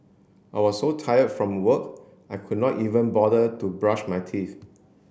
I was so tired from work I could not even bother to brush my teeth